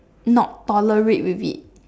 not tolerate with it